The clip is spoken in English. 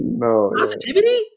positivity